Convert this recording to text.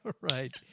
right